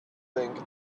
think